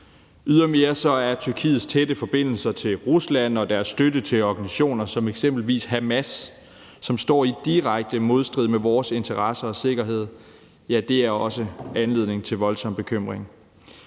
Ydermere giver Tyrkiets tætte forbindelser til Rusland og deres støtte til organisationer som eksempelvis Hamas, som står i direkte modstrid med vores interesser og sikkerhed, også anledning til voldsom bekymring.